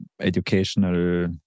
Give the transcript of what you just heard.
educational